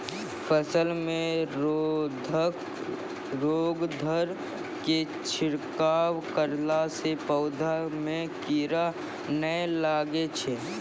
फसल मे रोगऽर के छिड़काव करला से पौधा मे कीड़ा नैय लागै छै?